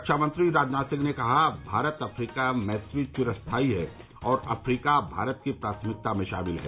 रक्षा मंत्री राजनाथ सिंह ने कहा भारत अफ्रीका मैत्री चिरस्थाई है और अफ्रीका भारत की प्राथमिकता में शामिल है